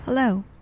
Hello